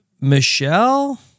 Michelle